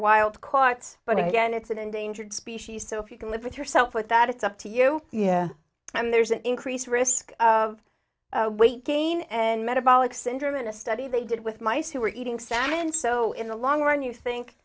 wild caught but again it's an endangered species so if you can live with yourself with that it's up to you yeah and there's an increased risk of weight gain and metabolic syndrome in a study they did with mice who were eating salmon and so in the long run you think